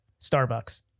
starbucks